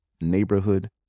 neighborhood